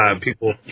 People